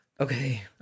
Okay